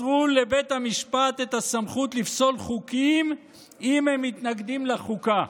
מסרו לבית המשפט הסמכות לפסול חוקים אם הם מתנגדים לחוקה.